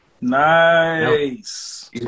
Nice